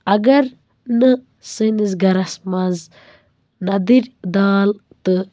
اگر نہٕ سٲنِس گَرس منٛز ندٕرۍ دال تہٕ